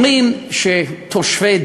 אומרים שתושבי